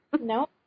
No